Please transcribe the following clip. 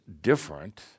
different